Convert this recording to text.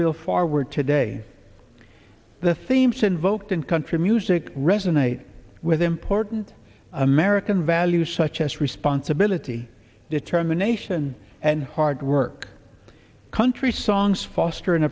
bill forward today the themes invoked in country music resonate with important american values such as responsibility determination and hard work country songs foster an